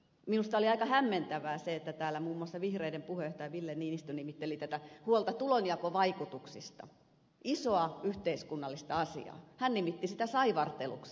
minusta oli aika hämmentävää se että täällä muun muassa vihreiden ryhmäpuheenjohtaja ville niinistö nimitteli tätä huolta tulonjakovaikutuksista isoa yhteiskunnallista asiaa saivarteluksi